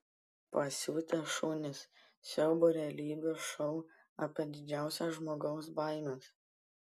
pasiutę šunys siaubo realybės šou apie didžiausias žmogaus baimes